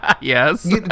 yes